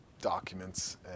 documents